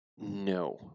No